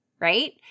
right